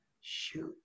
Shoot